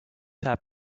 tab